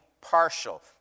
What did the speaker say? partial